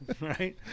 right